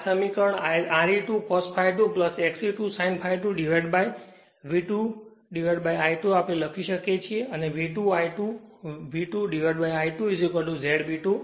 તેથી આ સમીકરણ Re2 cos ∅2 XE2 sin ∅2 dividedV2I2 આપણે લખી શકીએ છીએ અને તે V2 I2 V2I2 Z B 2